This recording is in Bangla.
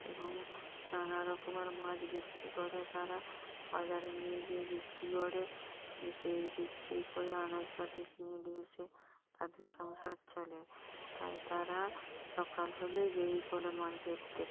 এবং নানা রকমের মাছ বিক্রি করে তারা বাজারে নিয়ে যেয়ে বিক্রি করে সেই বিক্রি করে আনাজপাতি কিনে নিয়ে এসে তাদের সংসার চলে তাই তারা সকাল হলেই বেরিয়ে পরে মাছ ধরতে